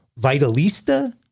Vitalista